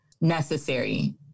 necessary